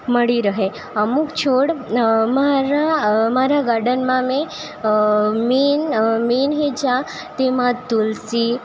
મળી રહે અમુક છોડ અમારા ગાર્ડનમાં અમે મેન મેન હેચા તેમાં તુલસી